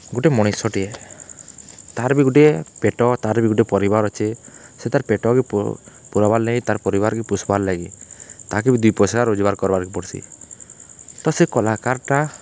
ଗୁଟେ ମଣିଷଟେ ତାର୍ ବି ଗୁଟେ ପେଟ ତାର୍ ବି ଗୁଟେ ପରିବାର୍ ଅଛେ ସେ ତାର୍ ପେଟକେ ପୁରାବାର୍ ଲାଗି ତାର୍ ପରିବାର୍କେ ପୋଷବାର୍ଲାଗି ତାହାକେ ବି ଦୁଇ ପଏସା ରୋଜ୍ଗାର୍ କର୍ବାକେ ପଡ଼୍ସି ତ ସେ କଳାକାର୍ଟା